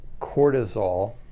cortisol